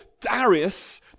Darius